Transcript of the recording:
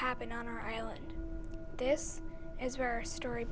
happen on our island this is her story